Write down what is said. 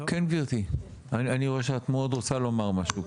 כן גברתי, אני רואה שאת מאוד רוצה לומר משהו.